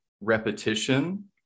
repetition